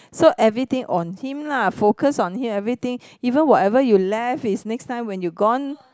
so everything on him lah focus on him everything even whatever you left is next time when you gone